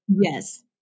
Yes